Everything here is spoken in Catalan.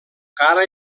cara